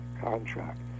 contract